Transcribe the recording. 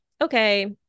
okay